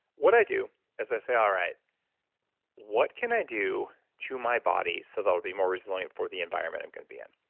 what i do is i say, all right what can i do to my body so i'll be more resilient for the environment i'm going to be in?